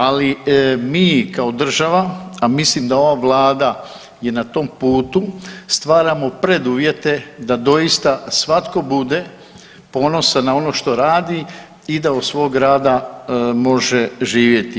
Ali mi kao država, a mislim da je ova Vlada na tom putu stvaramo preduvjete da doista svatko bude ponosan na ono što radi i da od svog rada može živjeti.